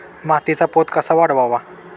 मातीचा पोत कसा वाढवावा?